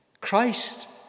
Christ